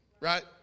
right